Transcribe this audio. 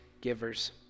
givers